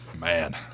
Man